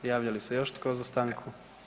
Javlja li se još tko za stanku?